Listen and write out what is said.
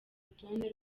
rutonde